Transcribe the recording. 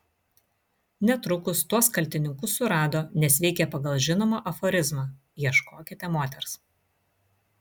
netrukus tuos kaltininkus surado nes veikė pagal žinomą aforizmą ieškokite moters